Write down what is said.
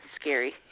scary